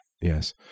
yes